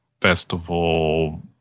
Festival